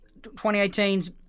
2018's